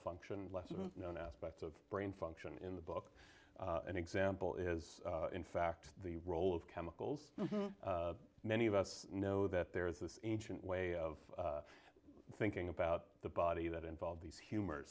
functions lesser known aspects of brain function in the book an example is in fact the role of chemicals many of us know that there is this ancient way of thinking about the body that involve these humor